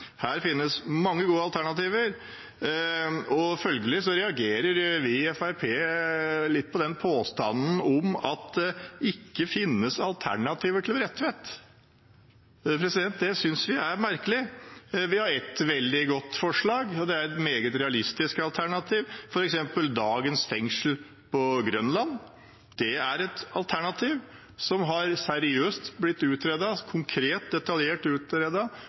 Her finnes det mange gode alternativer, og følgelig reagerer vi i Fremskrittspartiet litt på påstanden om at det ikke finnes alternativer til Bredtvet. Det synes vi er merkelig. Vi har et veldig godt forslag, og det er et meget realistisk alternativ: dagens fengsel på Grønland. Det er et alternativ som er blitt seriøst, konkret og detaljert